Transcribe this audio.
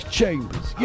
Chambers